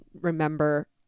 remember